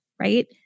right